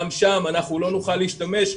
גם שם אנחנו לא נוכל להשתמש.